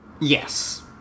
Yes